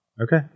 Okay